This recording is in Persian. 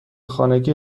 خانگی